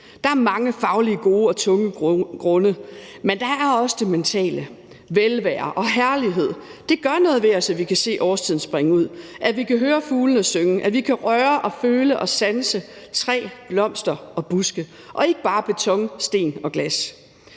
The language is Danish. Der er mange faglige gode og tunge begrundelser, men der er også det mentale: velvære og herlighed. Det gør noget ved os, at vi kan se årstidernes skiften, at vi kan høre fuglene synge, at vi kan røre og føle og sanse træer, blomster og buske og ikke bare har beton, sten og glas.